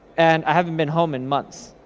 and i haven't been home in months.